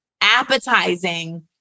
appetizing